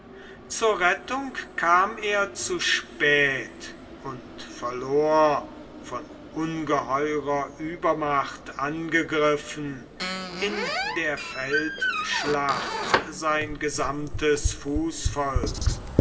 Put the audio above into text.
zur rettung kam er zu spät und verlor von ungeheurer übermacht angegriffen in der feldschlacht sein gesamtes fußvolk